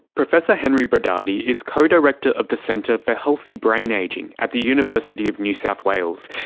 professor henry brodaty is co-director of the centre for healthy brain ageing at the university of new south wales,